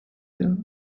der